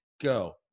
go